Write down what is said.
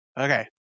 Okay